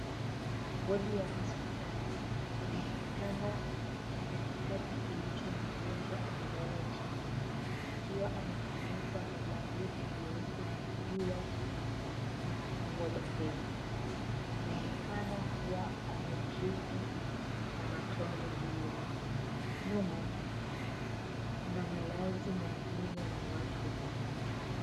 Wodi ya hospitali. Kuna kitanda cha katikati kilicho na ugonjwa amelala chini, akiwa amefunikwa na blanketi jeupe na miguu yake imeonekana kufungwa bandeji. Anaonekana kuwa ana drip ya matone juu yake. Nyuma, kuna malazi mengine na watu wengine.